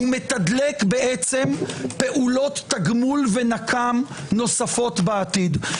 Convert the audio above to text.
הוא מתדלק בעצם פעולות תגמול ונקם נוספות בעתיד.